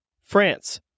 France